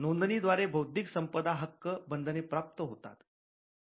नोंदणी द्वारे बौद्धिक संपदा हक्क बंधने प्राप्त होतात